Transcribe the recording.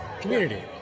community